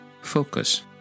focus